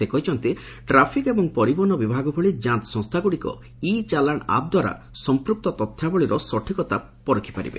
ସେ କହିଛନ୍ତି ଟ୍ରାଫିକ୍ ଏବଂ ପରିବହନ ବିଭାଗ ଭଳି ଯାଞ୍ଚ ସଂସ୍ଥାଗ୍ରଡ଼ିକ ଇ ଚାଲାଣ ଆପ୍ ଦ୍ୱାରା ସମ୍ପୁକ୍ତ ତଥ୍ୟାବଳୀର ସଠିକତା ପରଖି ପାରିବେ